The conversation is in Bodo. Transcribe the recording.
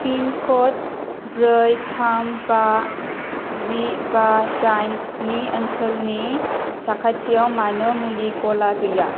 पिनक'ड ब्रै थाम बा जि बा दाइननि ओनसोलनि साखाथियाव मानो मुलि गला गैया